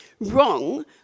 wrong